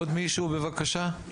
כן, עוד מישהו, בבקשה.